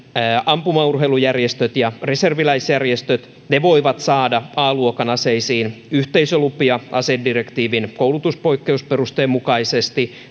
ampumaurheilujärjestöt ja reserviläisjärjestöt voivat saada a luokan aseisiin yhteisölupia asedirektiivin koulutuspoikkeusperusteen mukaisesti